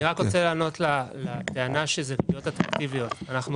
אני רק רוצה לענות לטענה לפיה יש ריביות אטרקטיביות: אנחנו